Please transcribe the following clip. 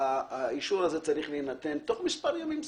האישור הזה צריך להינתן תוך מספר ימים סביר.